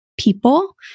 People